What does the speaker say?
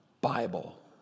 Bible